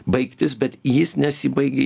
baigtis bet jis nesibaigė